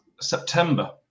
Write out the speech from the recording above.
September